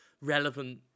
relevant